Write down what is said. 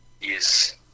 Yes